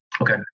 Okay